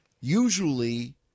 Usually